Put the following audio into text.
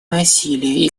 насилия